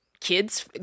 kids